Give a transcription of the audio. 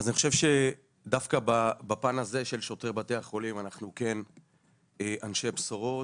אז אני חושב שדווקא בפן הזה של שוטרי בתי החולים אנחנו כן אנשי בשורות,